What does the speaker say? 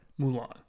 Mulan